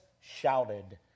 shouted